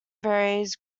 varies